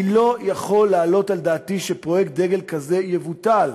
אני לא יכול להעלות על דעתי שפרויקט דגל כזה יבוטל.